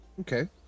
Okay